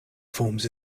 forms